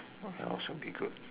where else should be good